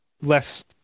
less